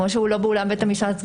כמו שהוא לא באולם בית המשפט,